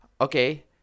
Okay